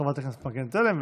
חברת הכנסת מגן תלם,